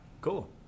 Cool